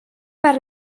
per